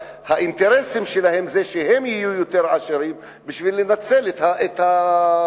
האינטרסים שלהם זה שהם יהיו יותר עשירים בשביל לנצל את היותר-עניים.